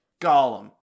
Gollum